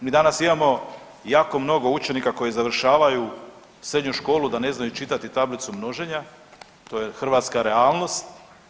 Mi danas imamo jako mnogo učenika koji završavaju srednju školu da ne znaju čitati tablicu množenja, to je hrvatska realnost.